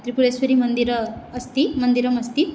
त्रिपुरेश्वरीमन्दिरम् अस्ति मन्दिरम् अस्ति